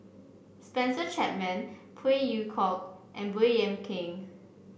Spencer Chapman Phey Yew Kok and Baey Yam Keng